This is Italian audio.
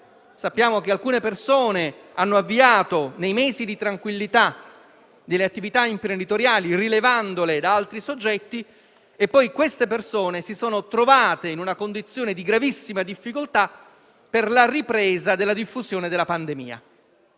Sappiamo che alcune persone nei mesi di tranquillità hanno avviato delle attività imprenditoriali rilevandole da altri soggetti e poi queste persone si sono trovate in una condizione di gravissima difficoltà per la ripresa della diffusione della pandemia.